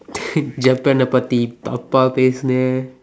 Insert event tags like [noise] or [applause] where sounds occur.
[laughs] ஜப்பேனே பத்தி தப்பா பேசுனே:jappeenee paththi thappaa peesunee